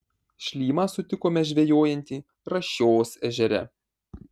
šlymą sutikome žvejojantį rašios ežere